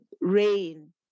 rain